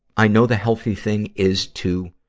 i know the healthy thing is to,